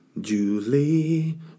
Julie